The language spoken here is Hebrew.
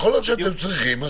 הוא אדם